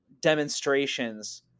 demonstrations